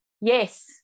Yes